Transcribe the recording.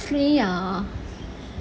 free ah